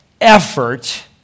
effort